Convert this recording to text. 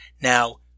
Now